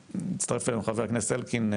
הצטרף אלינו חבר הכנסת אלקין,